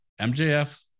mjf